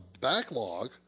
backlog